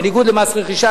בניגוד למס רכישה,